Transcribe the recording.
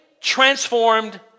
transformed